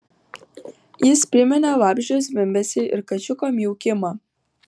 jis priminė vabzdžio zvimbesį ir kačiuko miaukimą